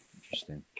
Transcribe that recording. interesting